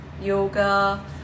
yoga